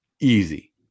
easy